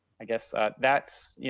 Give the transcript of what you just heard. i guess that's, you